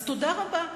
אז תודה רבה,